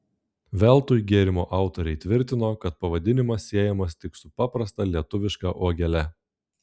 veltui gėrimo autoriai tvirtino kad pavadinimas siejamas tik su paprasta lietuviška uogele